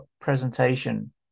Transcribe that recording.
presentation